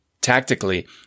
Tactically